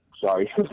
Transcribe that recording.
Sorry